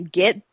get